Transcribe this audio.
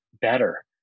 better